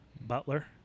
Butler